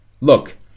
look